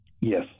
Yes